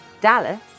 Dallas